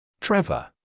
Trevor